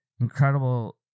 incredible